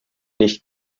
nicht